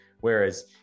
whereas